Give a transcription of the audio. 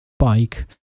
bike